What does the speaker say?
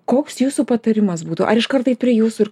koks jūsų patarimas būtų ar iš kart eit prie jūsų ir